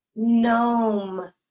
gnome